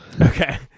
Okay